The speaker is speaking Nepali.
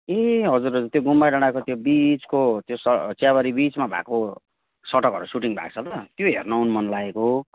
ए हजुर हजुर त्यो गुम्बा डाँडाको त्यो बिचको त्यो स चियाबारी बिचमा भएको सडकहरू सुटिङ भएको छ त त्यो हेर्न आउनु मन लागेको